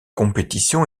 compétition